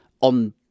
on